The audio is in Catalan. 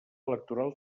electoral